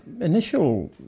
initial